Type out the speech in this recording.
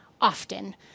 often